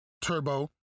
Turbo